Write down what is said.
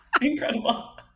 Incredible